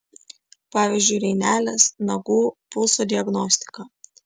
pavyzdžiui rainelės nagų pulso diagnostika